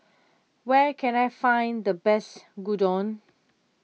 where can I find the best Gyudon